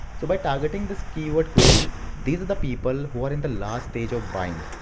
so by targeting this keyword query, these are the people who are in the last stage of buying.